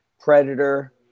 Predator